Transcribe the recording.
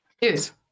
Yes